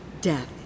death